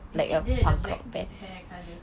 is it dia ada hair black colour